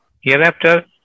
hereafter